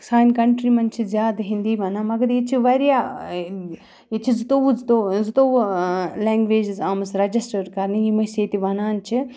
سانہِ کَنٹِرٛی منٛز چھِ زیادٕ ہِنٛدی وَنان مگر ییٚتہِ چھِ واریاہ ییٚتہِ چھِ زٕتووُہ زٕتووُہ زٕتووُہ لٮ۪نٛگویجِز آمٕژ رَجِسٹٲڈ کَرنہٕ یِم أسۍ ییٚتہِ وَنان چھِ